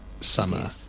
summer